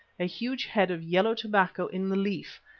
a huge head of yellow tobacco in the leaf,